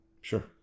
Sure